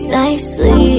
nicely